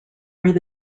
where